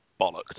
bollocked